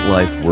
Life